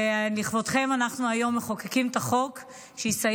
לכבודכם אנחנו היום מחוקקים את החוק שיסייע